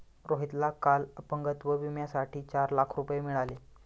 रोहितला काल अपंगत्व विम्यासाठी चार लाख रुपये मिळाले